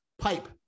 pipe